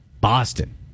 Boston